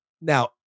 Now